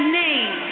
name